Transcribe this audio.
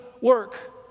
work